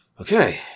Okay